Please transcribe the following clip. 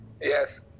Yes